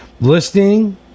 Listing